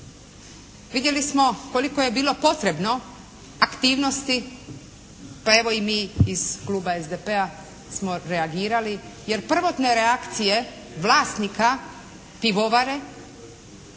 Vidjeli smo koliko je bilo potrebno aktivnosti pa evo i mi iz kluba SDP-a smo reagirali jer prvotne reakcije vlasnika pivovare